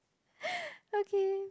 okay